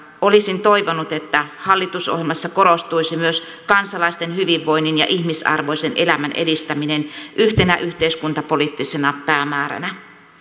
olisin toivonut että hallitusohjelmassa korostuisi myös kansalaisten hyvinvoinnin ja ihmisarvoisen elämän edistäminen yhtenä yhteiskuntapoliittisena päämääränä